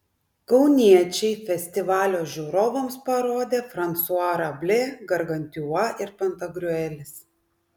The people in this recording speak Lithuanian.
kauniečiai festivalio žiūrovams parodė fransua rablė gargantiua ir pantagriuelis